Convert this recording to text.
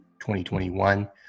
2021